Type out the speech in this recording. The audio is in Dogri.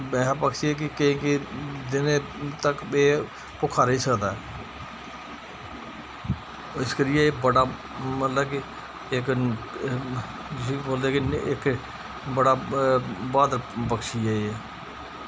ऐसा पक्षी ऐ कि केईं केईं दिनें तक एह् भुक्खा रेही सकदा ऐ इस करियै एह् बड़ा मतलब कि इक जिसी बोलदे कि इक बड़ा ब्हादर पक्षी ऐ एह्